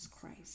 christ